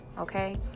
Okay